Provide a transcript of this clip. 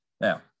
Now